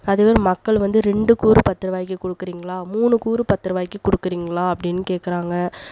அதுவே நம்ம மக்கள் வந்து ரெண்டு கூறு பத்துரூவாகி கொடுக்குறீங்களா மூணு கூறு பத்துருவாய்கி கொடுக்குறீங்களா அப்படினு கேட்க்குறாங்க